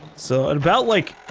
so at about like.